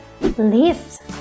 lift